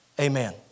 Amen